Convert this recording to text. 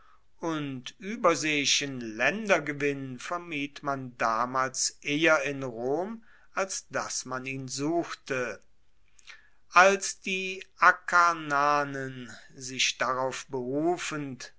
und ueberseeischen laendergewinn vermied man damals eher in rom als dass man ihn suchte als die akarnanen sich darauf berufend